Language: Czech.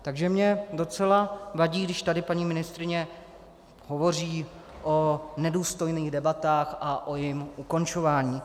Takže mě docela vadí, když tady paní ministryně hovoří o nedůstojných debatách a o jejich ukončování.